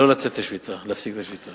לא לצאת לשביתה, להפסיק את השביתה.